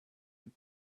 and